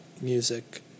music